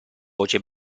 voce